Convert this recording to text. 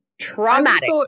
traumatic